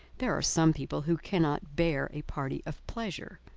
there are some people who cannot bear a party of pleasure.